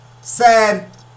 Sad